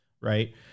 Right